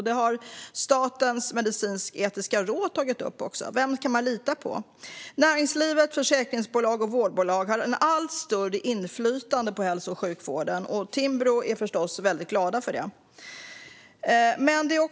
Det har Statens medicinsk-etiska råd tagit upp. Vem kan man lita på? Näringslivet, försäkringsbolag och vårdbolag har ett allt större inflytande på hälso och sjukvården. Timbro är förstås mycket glada över det.